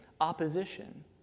opposition